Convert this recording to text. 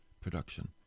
production